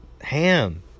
ham